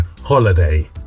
Holiday